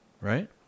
right